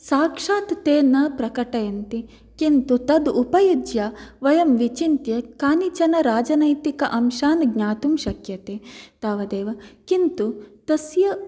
साक्षात् ते न प्रकटयन्ति किन्तु तद् उपयुज्य वयं विचिन्त्य कानिचन राजनैतिक अंशान् ज्ञातुं शक्यते तावदेव किन्तु तस्य